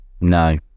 No